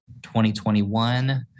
2021